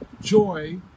joy